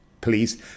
police